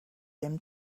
him